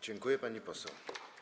Dziękuję, pani poseł.